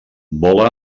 vola